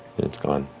and it's gone.